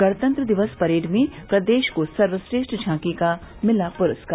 गणतंत्र दिवस परेड में प्रदेश को सर्वश्रेष्ठ झांकी का मिला प्रस्कार